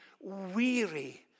weary